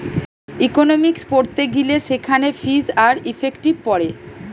economics পড়তে গিলে সেখানে ফিজ আর ইফেক্টিভ পড়ে